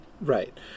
Right